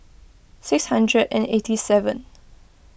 six hundred and eighty seven